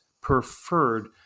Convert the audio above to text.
preferred